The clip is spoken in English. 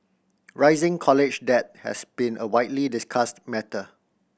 rising college debt has been a widely discussed matter